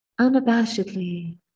unabashedly